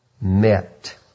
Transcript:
met